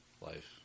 Life